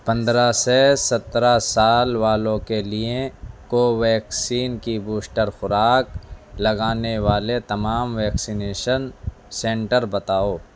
پندرہ سے سترہ سال والوں کے لیے کوویکسین کی بوسٹر خوراک لگانے والے تمام ویکسینیشن سنٹر بتاؤ